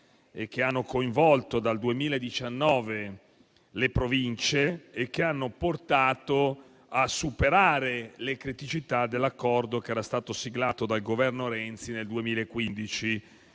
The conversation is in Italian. che hanno coinvolto dal 2019 le Province e hanno portato a superare le criticità dell'accordo che era stato siglato dal Governo Renzi nel 2015,